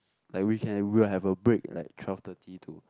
like we can we will have a break like twelve thirty to